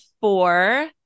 four